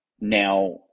now